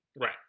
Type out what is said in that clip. Right